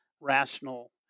rational